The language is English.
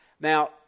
Now